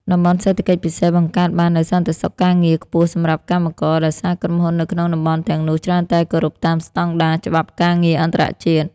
តំបន់សេដ្ឋកិច្ចពិសេស បង្កើតបាននូវ "សន្តិសុខការងារ" ខ្ពស់សម្រាប់កម្មករ ដោយសារក្រុមហ៊ុននៅក្នុងតំបន់ទាំងនោះច្រើនតែគោរពតាមស្ដង់ដារច្បាប់ការងារអន្តរជាតិ។